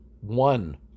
One